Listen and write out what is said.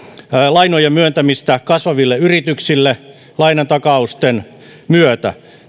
lainojen myöntämistä kasvaville yrityksille lainatakausten myötä